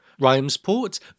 Rhymesport